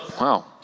Wow